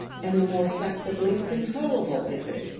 and the more flexibly controllable is it.